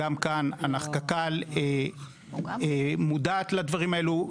גם כאן קק"ל מודעת לדברים האלו,